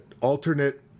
alternate